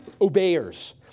obeyers